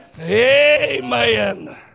Amen